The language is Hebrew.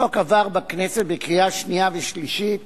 החוק עבר בכנסת בקריאה שנייה ושלישית